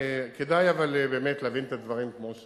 כדאי באמת להבין את הדברים כמו שהם.